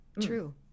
true